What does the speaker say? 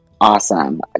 Awesome